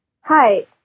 Hi